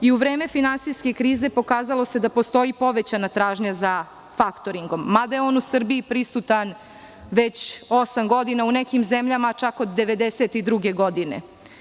U vreme finansijske krize pokazalo se da postoji povećana tražnja za faktoringom, mada je on u Srbiji prisutan već osam godinama, u nekim zemljama čak od 1992. godine.